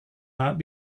not